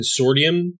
consortium